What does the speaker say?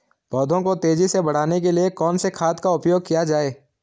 पौधों को तेजी से बढ़ाने के लिए कौन से खाद का उपयोग किया जाए?